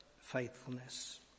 faithfulness